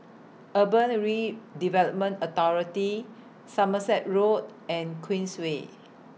Urban Redevelopment Authority Somerset Road and Queensway